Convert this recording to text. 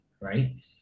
right